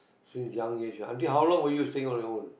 since young age until how long were you staying on your own